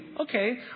Okay